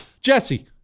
Jesse